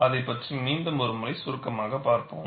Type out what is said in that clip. அதைப் பற்றி மீண்டும் ஒரு முறை சுருக்கமாகப் பார்ப்போம்